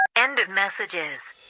end of messages